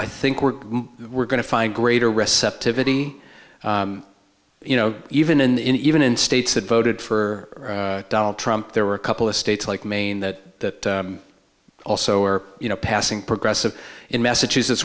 i think we're we're going to find greater receptive ity you know even in even in states that voted for donald trump there were a couple of states like maine that also are you know passing progressive in massachusetts